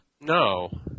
No